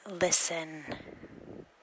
listen